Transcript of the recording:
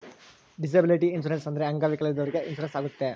disability insurance ಅಂದ್ರೆ ಅಂಗವಿಕಲದವ್ರಿಗೆ insurance ಇರುತ್ತೆ